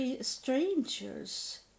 strangers